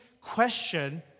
question